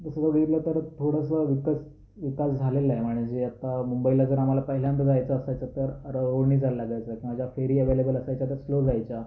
दुसरं बघितलं तर थोडंसं विकस विकास झालेला आहे म्हणजे आता मुंबईला जर आम्हाला पहिल्यांदा जायचं असायचं तर रो रो ने जायला लागायचं फेरी अवैलेबल असायच्या तर स्लो जायच्या